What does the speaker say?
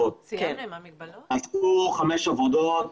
כאן יש חמש עבודות.